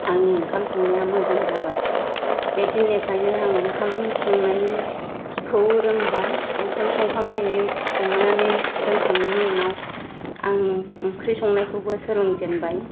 आंनि ओंखाम संनाया मोजां जाबाय बे दिननिफ्रायनो आङो ओंखाम संनायखौ रोंबाय ओंखाम संखांनायनि संनानै रोंखांनायनि उनाव आं ओंख्रि संनायखौबो सोलोंजेनबाय